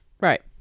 Right